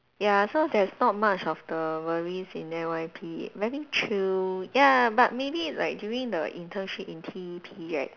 ya so there's not much of the worries in N_Y_P maybe chill ya but maybe like during the internship in T_E_P right